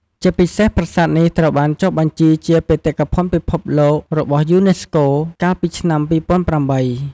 ជាពិសេសប្រាសាទនេះ ត្រូវបានចុះបញ្ជីជា បេតិកភណ្ឌពិភពលោករបស់យូណេស្កូ កាលពីឆ្នាំ ២០០៨។